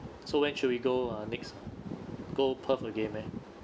so where should we go ah next go perth again meh